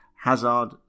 Hazard